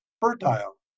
fertile